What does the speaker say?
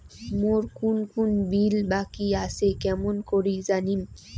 মোর কুন কুন বিল বাকি আসে কেমন করি জানিম?